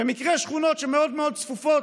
במקרה שכונות מאוד מאוד צפופות,